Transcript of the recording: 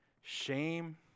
shame